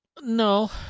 No